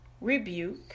rebuke